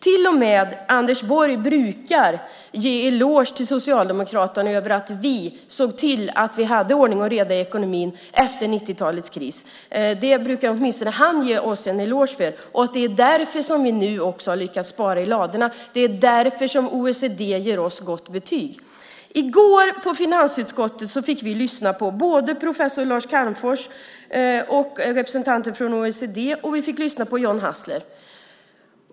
Till och med Anders Borg brukar ge oss socialdemokrater en eloge för att vi såg till att vi hade ordning och reda i ekonomin efter 90-talets kris. Därför har vi lyckats spara i ladorna. Det är därför som OECD ger oss gott betyg. I finansutskottet fick vi i går lyssna på professor Lars Calmfors, representanter från OECD och John Hassler.